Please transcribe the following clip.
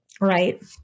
Right